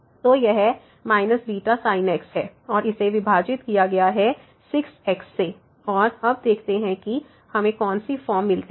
तो यह एक β sin x है और इसे विभाजित किया गया है 6 x से और अब देखते हैं कि हमें कौन सी फॉर्म मिलती है